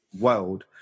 world